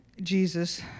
Jesus